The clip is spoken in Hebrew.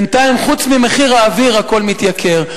בינתיים, חוץ ממחיר האוויר, הכול מתייקר.